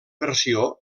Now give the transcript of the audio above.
versió